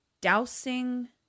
dousing